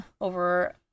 over